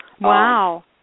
Wow